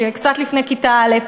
קצת לפני כיתה א',